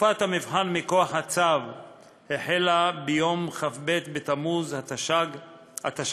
תקופת המבחן מכוח הצו החלה ביום כ"ב בתמוז התשע"ג,